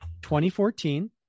2014